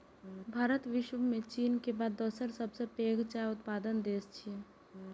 भारत विश्व मे चीन के बाद दोसर सबसं पैघ चाय उत्पादक देश छियै